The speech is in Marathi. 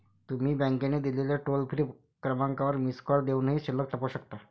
तुम्ही बँकेने दिलेल्या टोल फ्री क्रमांकावर मिस कॉल देऊनही शिल्लक तपासू शकता